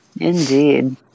Indeed